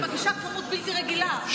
היא מגישה כמות בלתי רגילה.